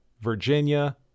Virginia